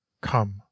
come